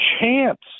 chance